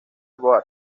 board